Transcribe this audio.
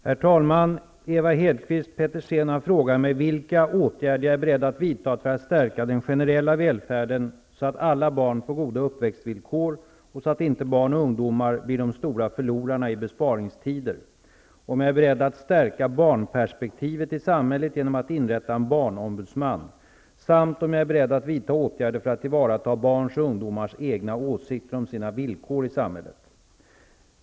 Herr talman! Ewa Hedkvist Petersen har frågat mig vilka åtgärder jag är beredd att vidta för att stärka den generella välfärden så att alla barn får goda uppväxtvillkor och så att inte barn och ungdomar blir de stora förlorarna i besparingstider, om jag är beredd att stärka barnperspektivet i samhället genom att inrätta en barnombudsman samt om jag är beredd att vidta åtgärder för att ta till vara barns och ungdomars egna åsikter om sina villkor i samhället.